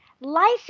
life